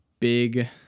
big